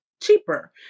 cheaper